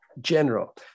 general